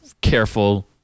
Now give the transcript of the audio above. careful